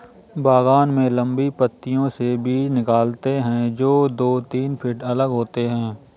बागान में लंबी पंक्तियों से बीज निकालते है, जो दो तीन फीट अलग होते हैं